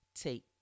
take